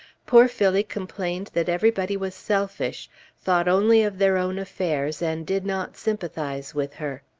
poor phillie complained that everybody was selfish thought only of their own affairs, and did not sympathize with her.